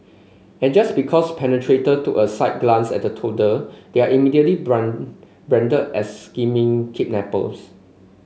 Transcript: and just because perpetrator took a slight glance at a toddler they are immediately brand branded as scheming kidnappers